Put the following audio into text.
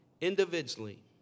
Individually